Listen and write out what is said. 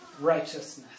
righteousness